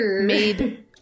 made